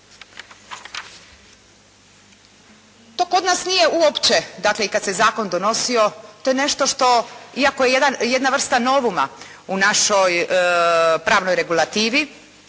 To kod nas nije uopće, dakle i kad se zakon donosio, to je nešto što, iako jedna vrsta novuma u našoj pravnoj regulativi